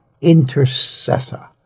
intercessor